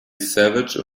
savage